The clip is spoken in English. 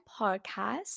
podcast